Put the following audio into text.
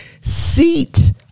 seat